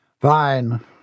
Fine